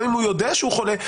גם אם הוא יודע שהוא חולה,